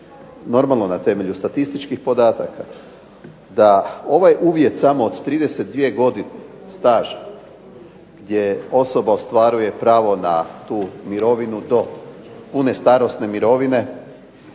normalno na temelju statističkih podataka, da ovaj uvjet samo od 32 godine staža, gdje osoba ostvaruje pravo na tu mirovinu do pune starosne mirovine,